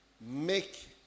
make